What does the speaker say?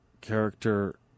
character